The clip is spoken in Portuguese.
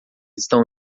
estão